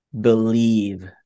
believe